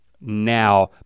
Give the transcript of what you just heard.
now